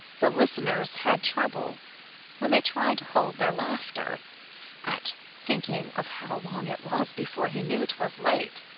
the listeners had trouble when they tried to hold their laughter at thinking of how long it was before he knew twas late.